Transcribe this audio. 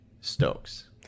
Stokes